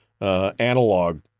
analog